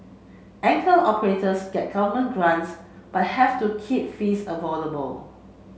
anchor operators get government grants but have to keep fees affordable